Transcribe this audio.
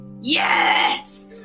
yes